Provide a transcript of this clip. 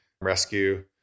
Rescue